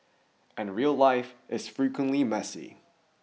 and real life is frequently messy